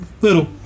Little